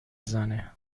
زنه